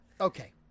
Okay